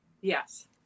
Yes